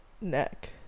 neck